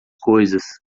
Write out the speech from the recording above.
coisas